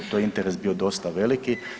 To je interes bio dosta veliki.